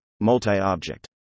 multi-object